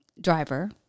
driver